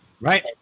right